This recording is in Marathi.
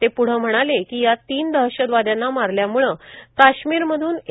ते प्रढं म्हणाले की या तीन दहशतवाद्यांना मारल्यामुळं काश्मीरमधून ए